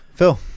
Phil